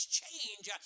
change